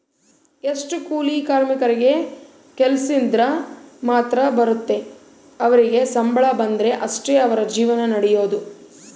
ಎಷ್ಟೊ ಕೂಲಿ ಕಾರ್ಮಿಕರಿಗೆ ಕೆಲ್ಸಿದ್ರ ಮಾತ್ರ ಬರುತ್ತೆ ಅವರಿಗೆ ಸಂಬಳ ಬಂದ್ರೆ ಅಷ್ಟೇ ಅವರ ಜೀವನ ನಡಿಯೊದು